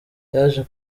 byaje